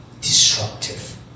destructive